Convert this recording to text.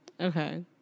Okay